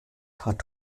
hat